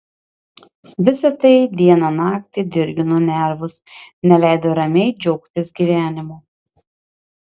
visa tai dieną naktį dirgino nervus neleido ramiai džiaugtis gyvenimu